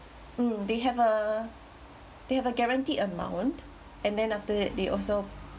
mm they have a they have a guaranteed amount and then after that they also